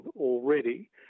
already